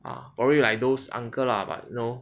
probably like those uncle lah but you know